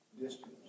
Distance